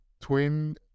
twin